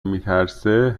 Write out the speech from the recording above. میترسه